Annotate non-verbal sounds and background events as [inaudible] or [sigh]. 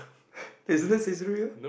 [breath] isn't that Saizeriya